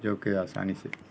جو کہ آسانی سے